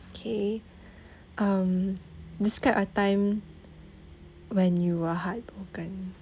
okay um describe a time when you were heartbroken